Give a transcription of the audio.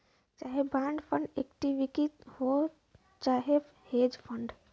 चाहे bond fund equity हौ चाहे हेज फ़ंड